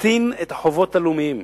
להקטין את החובות הלאומיים.